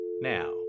Now